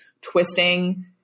twisting